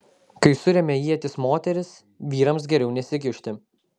kai suremia ietis moterys vyrams geriau nesikišti